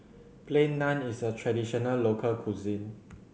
Plain Naan is a traditional local cuisine